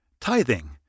Tithing